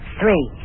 three